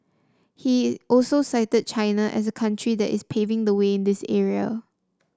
he also cited China as a country that is paving the way in this area